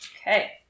Okay